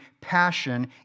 passion